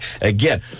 Again